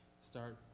start